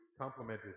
complemented